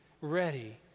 ready